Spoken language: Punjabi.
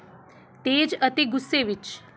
ਤੇਜ਼ ਅਤੇ ਗੁੱਸੇ ਵਿੱਚ